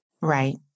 right